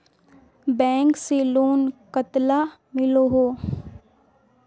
Bank से loan कतला मिलोहो?